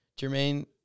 Jermaine